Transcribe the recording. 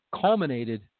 culminated